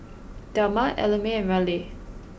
Delmar Ellamae and Raleigh